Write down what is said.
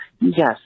yes